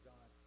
God